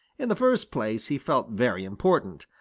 in the first place he felt very important,